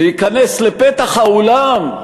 להיכנס לפתח האולם.